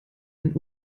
einen